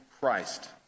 Christ